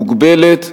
מוגבלת,